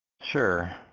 sure.